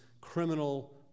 criminal